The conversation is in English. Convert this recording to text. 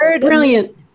brilliant